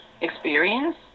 experience